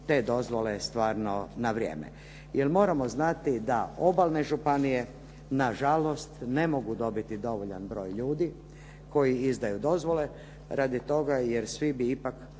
te dozvole stvarno na vrijeme. Jer moramo znati da obalne županije nažalost ne mogu dobiti dovoljan broj ljudi koji izdaju dozvole radi toga jer svi bi ipak